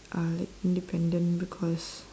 uh like independent because